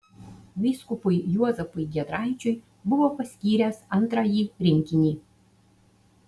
vyskupui juozapui giedraičiui buvo paskyręs antrąjį rinkinį